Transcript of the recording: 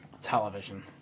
television